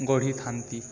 ଗଢ଼ିଥାନ୍ତି